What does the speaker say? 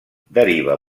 deriva